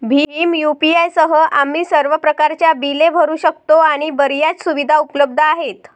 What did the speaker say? Bhim UPI सह, आम्ही सर्व प्रकारच्या बिले भरू शकतो आणि बर्याच सुविधा उपलब्ध आहेत